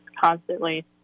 constantly